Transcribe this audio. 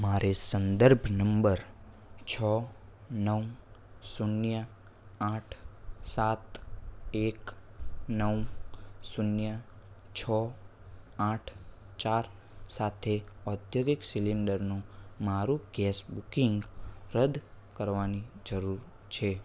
મારે સંદર્ભ નંબર નવ શૂન્ય આઠ સાત એક નવ શૂન્ય છ આઠ ચાર સાથે ઔદ્યોગિક સિલિન્ડરનું મારું ગેસ બુકિંગ રદ કરવાની જરૂર છે